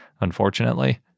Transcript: unfortunately